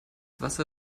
wasser